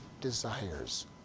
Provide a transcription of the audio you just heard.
desires